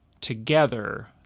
together